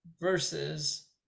versus